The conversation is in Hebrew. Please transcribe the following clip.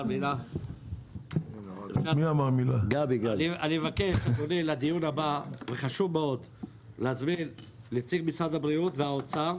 אני מבקש לדיון הבא להזמין את נציג משרד הבריאות והאוצר.